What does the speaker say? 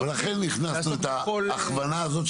בכל --- אבל לכן הכנסנו את ההכוונה הזאת,